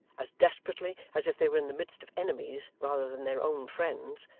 as desperately as if they were in the midst of enemies rather than their own friends,